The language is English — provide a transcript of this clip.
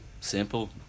simple